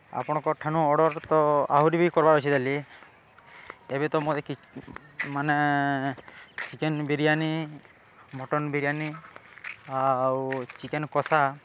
ଆପଣଙ୍କର୍ଠାନୁ order ତ ଆହୁରି ବି କର୍ବାର ଅଛେ ତାଲି ଏବେ ତ ମୋତେ ମାନେ ଚିକେନ୍ ବିରିୟାନୀ ମଟନ୍ ବିରିୟାନୀ ଆଉ ଚିକେନ୍ କଷା